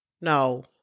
No